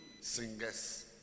Singers